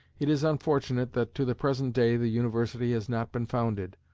it is unfortunate that, to the present day, the university has not been founded,